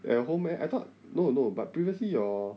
at home and I thought no no but previously your